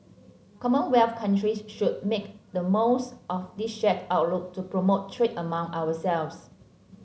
commonwealth countries should make the most of this shared outlook to promote trade among ourselves